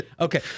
okay